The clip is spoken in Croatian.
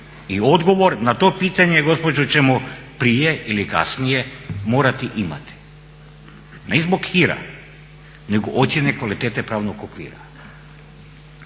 I odgovor na to pitanje gospođo ćemo prije ili kasnije morati imati. Ne zbog hira nego ocjene kvalitete pravnog okvira.